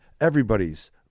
Everybody's